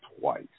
twice